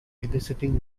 eliciting